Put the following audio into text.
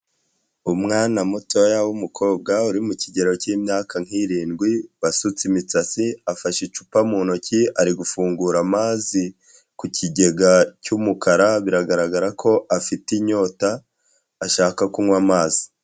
Umwana mutoya w'umukobwa uri mu kigero cy'imyaka nk'irindwi, wasutse imitsatsi, afashe icupa mu ntoki, ari gufungura amazi ku kigega cy'umukara, biragaragara ko afite inyota, ashaka kunywa amazi.